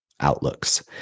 outlooks